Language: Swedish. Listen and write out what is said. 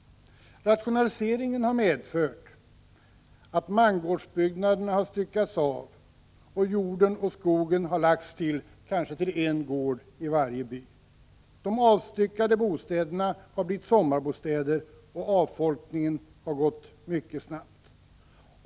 Rationaliseringen har medfört att mangårdsbyggnaderna har styckats av och att jorden och skogen lagts till kanske en gård i varje by. De avstyckade bostäderna har blivit sommarbostäder, och avfolkningen har gått mycket snabbt.